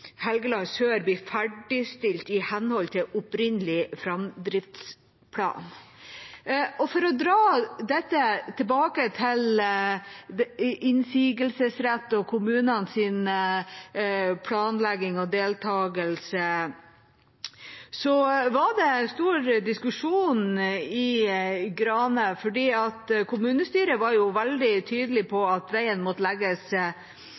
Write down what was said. Helgeland sør blir ferdigstilt i henhold til opprinnelig framdriftsplan. For å dra dette tilbake til innsigelsesrett og kommunenes planlegging og deltakelse: Det var store diskusjoner i Grane, for kommunestyret var veldig tydelig på at veien måtte legges